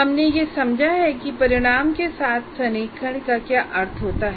हमने ये समझा है कि परिणाम के साथ संरेखण का क्या अर्थ है